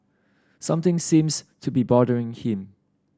something seems to be bothering him